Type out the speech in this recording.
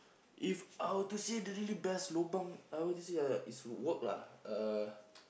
if I were to say the really best lobang I were to say uh is work lah uh